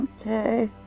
Okay